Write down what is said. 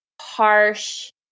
harsh